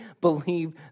believe